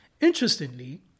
Interestingly